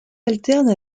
alterne